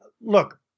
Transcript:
look